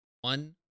one